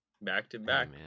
back-to-back